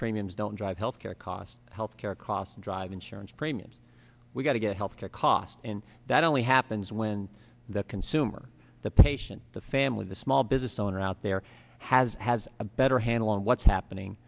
premiums don't drive health care costs health care costs drive insurance premiums we've got to get health care costs and that only happens when the consumer the patient the family the small business owner out there has has a better handle on what's happening